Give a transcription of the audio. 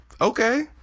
okay